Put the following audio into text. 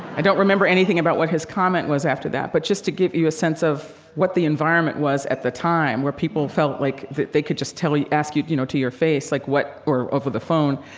i don't remember anything about what his comment was after that. but just to give you a sense of what the environment was at the time, where people felt like they could just tell you ask you, you know, to your face, like what or over the phone.